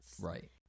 Right